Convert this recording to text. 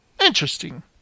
interesting